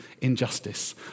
injustice